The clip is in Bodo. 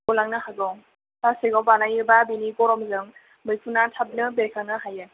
गलांनो हागौ फ्लस्टिक आव बानायोबा बेनि गरमजों मैखुना थाबनो बेरखांनो हायो